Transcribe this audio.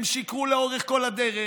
הם שיקרו לאורך כל הדרך